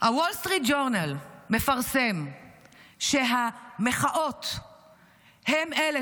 הוול סטריט ג'ורנל מפרסם שהמחאות הן אלה